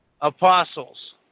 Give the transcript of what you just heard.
apostles